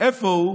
איפה הוא?